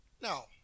Now